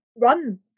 run